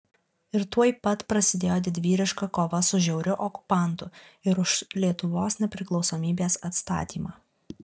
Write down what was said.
ir tuoj pat prasidėjo didvyriška kova su žiauriu okupantu ir už lietuvos nepriklausomybės atstatymą